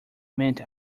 meant